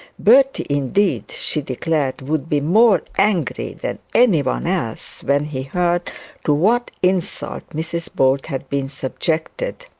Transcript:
bertie, indeed, she declared, would be more angry than any one else when he heard to what insult mrs bold had been subjected.